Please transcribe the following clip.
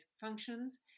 functions